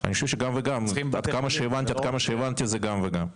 אני חושב גם וגם, עד כמה שהבנתי זה גם וגם.